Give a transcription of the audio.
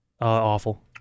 awful